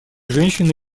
женщины